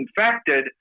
infected